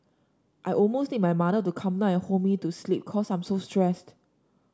I almost need my mother to come now and hold me to sleep cause I'm so stressed